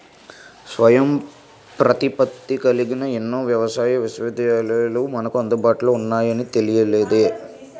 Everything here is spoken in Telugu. స్వయం ప్రతిపత్తి కలిగిన ఎన్నో వ్యవసాయ విశ్వవిద్యాలయాలు మనకు అందుబాటులో ఉన్నాయని తెలియలేదే